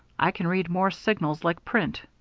i can read morse signals like print.